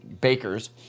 Baker's